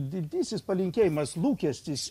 didysis palinkėjimas lūkestis